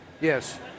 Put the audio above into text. Yes